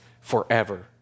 forever